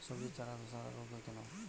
সবজির চারা ধ্বসা রোগ কেন হয়?